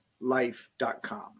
life.com